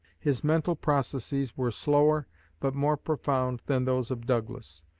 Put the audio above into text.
his mental processes were slower but more profound than those of douglas.